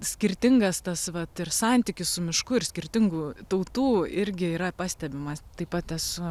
skirtingas tas vat ir santykis su mišku ir skirtingų tautų irgi yra pastebimas taip pat esu